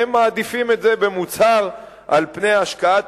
והם מעדיפים את זה במוצהר על פני השקעת